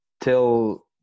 till